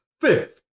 Fifth